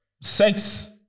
sex